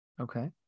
okay